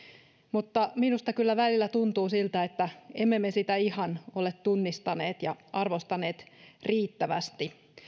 mutta minusta kyllä välillä tuntuu siltä että emme me sitä ihan ole tunnistaneet ja arvostaneet riittävästi